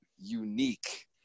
unique